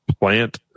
plant